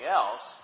else